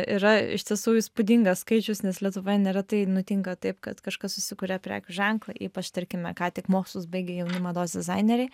yra iš tiesų įspūdingas skaičius nes lietuvoje neretai nutinka taip kad kažkas susikuria prekių ženklą ypač tarkime ką tik mokslus baigę jauni mados dizaineriai